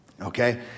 okay